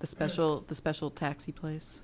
the special the special taxi place